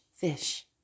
fish